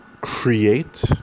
create